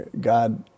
God